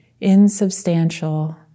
insubstantial